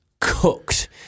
cooked